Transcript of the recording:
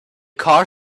car